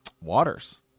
waters